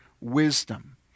wisdom